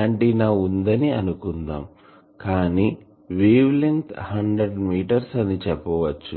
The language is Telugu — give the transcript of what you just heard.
ఆంటిన్నా ఉందని అనుకుందాం కానీ వేవ్ లెంగ్త్ 100 మీటర్స్ అని చెప్పచ్చు